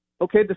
okay